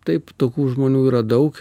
taip tokių žmonių yra daug